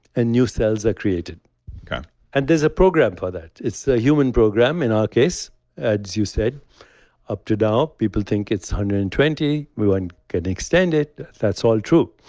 and new cells are created and there's a program for that. it's a human program. in our case as you said up to now, people think it's one hundred and twenty, we weren't getting extended. that's all true.